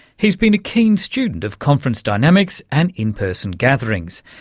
he's been a keen student of conference dynamics and in-person gatherings.